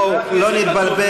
בואו לא נתבלבל,